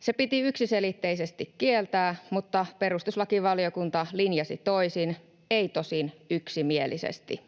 Se piti yksiselitteisesti kieltää, mutta perustuslakivaliokunta linjasi toisin — ei tosin yksimielisesti.